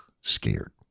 scared